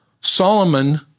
Solomon